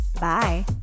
Bye